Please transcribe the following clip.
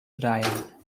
draaien